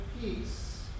peace